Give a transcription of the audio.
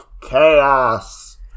Chaos